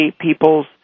people's